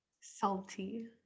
Salty